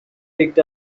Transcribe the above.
picked